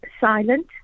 silent